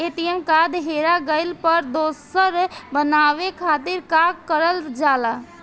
ATM card हेरा गइल पर दोसर बनवावे खातिर का करल जाला?